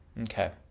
Okay